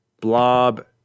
blob